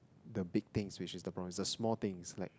the big things which is the problem the small things like